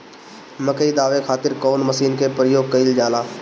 मकई दावे खातीर कउन मसीन के प्रयोग कईल जाला?